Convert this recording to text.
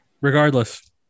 Regardless